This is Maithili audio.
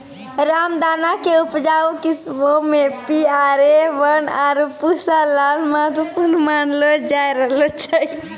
रामदाना के उपजाऊ किस्मो मे पी.आर.ए वन, आरु पूसा लाल महत्वपूर्ण मानलो जाय रहलो छै